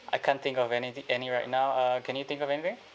I can't think of anything any right now uh can you think of anything